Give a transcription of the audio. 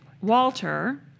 Walter